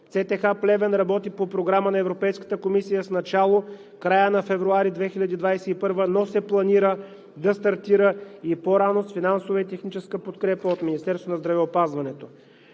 ЦТХ-Плевен работи по Програма на Европейската комисия с начало края на месец февруари 2021 г., но се планира да стартира и по-рано с финансова и техническа подкрепа от Министерството на здравеопазването.